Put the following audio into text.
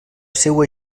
seua